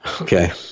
okay